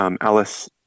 Alice